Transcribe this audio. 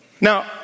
Now